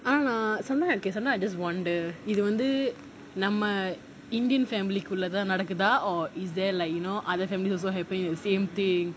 ஆனா:aanaa sometimes okay sometimes I just wonder இது வந்து நம்ம:ithu vanthu namma indian family குள்ள தான் நடக்குதா:kulla thaan nadakuthaa or is there like you know other family also happening the same thing